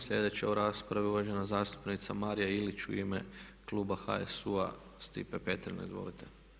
Sljedeća u raspravi je uvažena zastupnica Marija Ilić u ime kluba HSU-a i Stipe Petrina, izvolite.